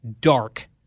dark